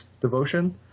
devotion